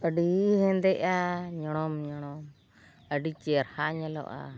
ᱟᱹᱰᱤ ᱦᱮᱸᱫᱮᱜᱼᱟ ᱧᱚᱲᱚᱢ ᱧᱚᱲᱚᱢ ᱟᱹᱰᱤ ᱪᱮᱨᱦᱟ ᱧᱮᱞᱚᱜᱼᱟ